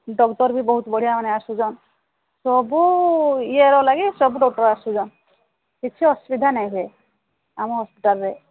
doctor ବି ବହୁତ ବଢ଼ିଆ ମାନେ ଆସୁଛନ୍ ସବୁ ଇଏର ଲାଗି ସବୁ ଡକ୍ଟର ଆସୁଛନ୍ କିଛି ଅସୁବିଧା ନାଇଁ ହୁଏ ଆମ ହସ୍ପିଟାଲରେ